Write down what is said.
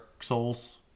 Souls